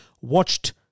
watched